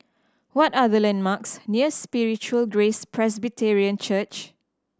what are the landmarks near Spiritual Grace Presbyterian Church